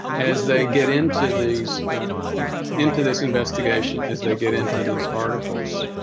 as they get into these into this investigation as they get into these articles